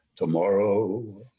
tomorrow